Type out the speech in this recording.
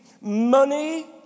money